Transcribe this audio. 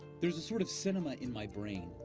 there's a sort of cinema in my brain,